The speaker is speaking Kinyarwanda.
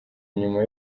nyuma